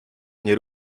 mnie